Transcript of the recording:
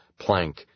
Planck